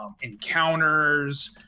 encounters